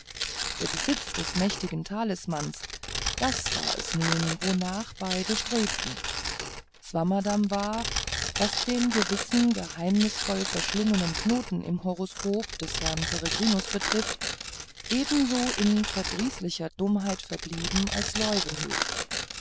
der besitz des mächtigen talismans das war es nun wornach beide strebten swammerdamm war was den gewissen geheimnisvoll verschlungenen knoten im horoskop des herrn peregrinus betrifft ebenso in verdrießlicher dummheit verblieben als